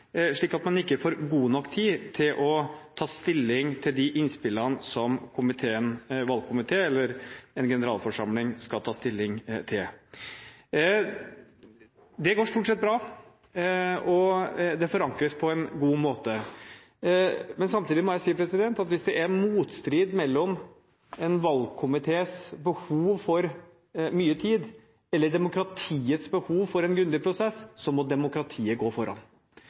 slik at man ikke får god nok tid til å ta stilling til de innspillene som valgkomiteen eller en generalforsamling skal ta stilling til. Det går stort sett bra, og det forankres på en god måte. Samtidig må jeg si at hvis det er motstrid mellom en valgkomités behov for mye tid og demokratiets behov for en grundig prosess, så må demokratiet gå foran.